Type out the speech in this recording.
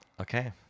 Okay